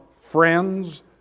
friends